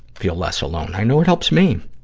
feel less alone. i know it helps me.